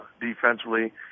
Defensively